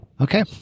okay